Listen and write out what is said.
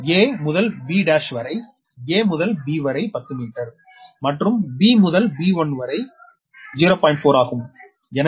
a முதல் b1 வரை a முதல் b வரை 10 மீட்டர் மற்றும் b முதல் b1 வரை வரை 0